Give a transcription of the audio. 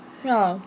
ya